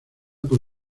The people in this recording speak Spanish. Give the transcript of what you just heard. por